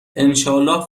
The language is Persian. انشااله